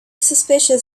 suspicious